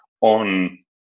on